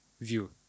view